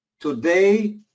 today